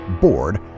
bored